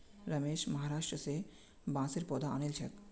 रमेश महाराष्ट्र स बांसेर पौधा आनिल छ